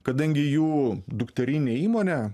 kadangi jų dukterinę įmonę